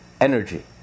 energy